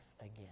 again